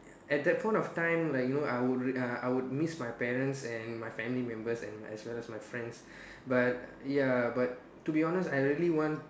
at that point of time like you know I would I would miss my parents and my family members and as well as my friends but ya but to be honest I really want